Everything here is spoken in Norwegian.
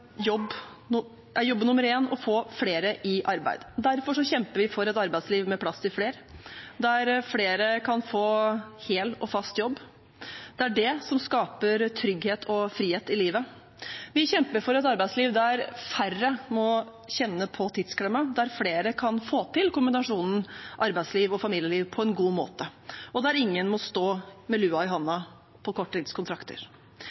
jobb nummer én å få flere i arbeid. Derfor kjemper vi for et arbeidsliv med plass til flere, der flere kan få hel og fast jobb, for det er det som skaper trygghet og frihet i livet. Vi kjemper for et arbeidsliv der færre må kjenne på tidsklemma, der flere kan få til kombinasjonen arbeidsliv og familieliv på en god måte, og der ingen må stå med lua i